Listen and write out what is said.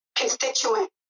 constituent